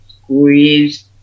squeeze